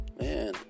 man